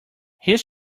his